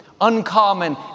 uncommon